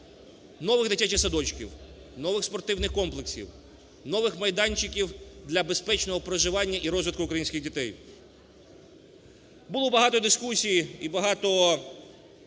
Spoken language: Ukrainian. нових дитячих садочків, нових спортивних комплексів, нових майданчиків для безпечного проживання і розвитку українських дітей. Було багато дискусій і багато